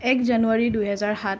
এক জানুৱাৰী দুহেজাৰ সাত